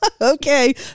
Okay